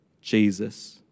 Jesus